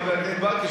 חבר הכנסת ברכה,